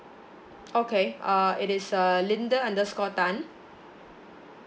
okay uh it is uh linda underscore tan